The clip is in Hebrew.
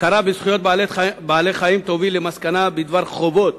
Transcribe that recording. הכרה בזכויות בעלי-חיים תוביל למסקנה בדבר חובות